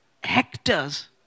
hectares